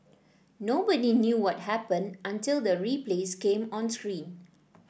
nobody knew what happened until the replays came on screen